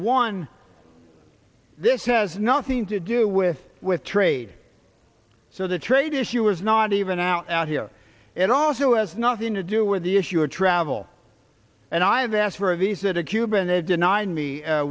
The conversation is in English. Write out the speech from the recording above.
one this has nothing to do with with trade so the trade issue is not even out here it also has nothing to do with the issue of travel and i've asked for a visa to cuban a denied me